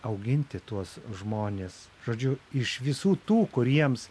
auginti tuos žmones žodžiu iš visų tų kuriems